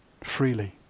freely